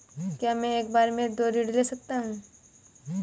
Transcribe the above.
क्या मैं एक बार में दो ऋण ले सकता हूँ?